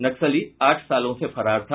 नक्सली आठ सालों से फरार था